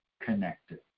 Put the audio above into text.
connected